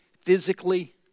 physically